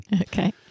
Okay